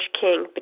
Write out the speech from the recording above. King